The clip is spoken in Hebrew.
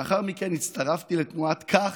לאחר מכן הצטרפתי לתנועת "כך"